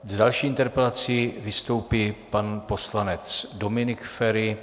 S další interpelací vystoupí pan poslanec Dominik Feri.